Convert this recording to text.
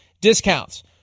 discounts